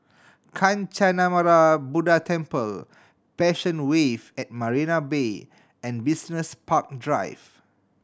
Kancanarama Buddha Temple Passion Wave at Marina Bay and Business Park Drive